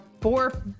four-